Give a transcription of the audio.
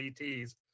ETs